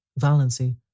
Valency